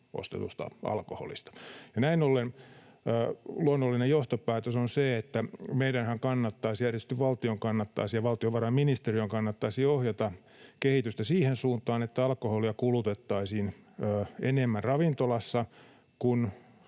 ostetusta alkoholista. Näin ollen luonnollinen johtopäätös on se, että meidänhän kannattaisi — ja erityisesti valtion kannattaisi ja valtiovarainministeriön kannattaisi — ohjata kehitystä siihen suuntaan, että alkoholia kulutettaisiin enemmän ravintolassa,